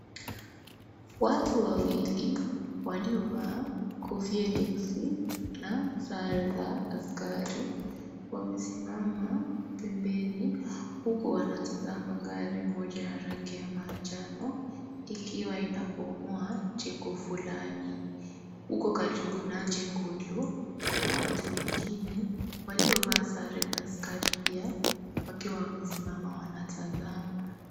Watu wawili, waliovaa kofia nyeusi na sare za askari, wamesimama pembeni huku wanatazama gari moja ya rangi ya manjano ikiwa inabomoa jengo fulani. Huko karibu na jengo hili, kuna watu wengine waliovaa sare za askari pia wakiwa wamesimama wanatazama.